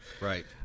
Right